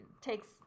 takes